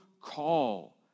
call